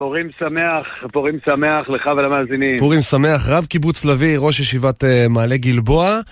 פורים שמח, פורים שמח לך ולמאזינים. פורים שמח, רב קיבוץ לביא, ראש ישיבת מעלה גלבוע.